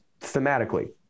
thematically